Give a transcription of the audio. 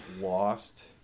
lost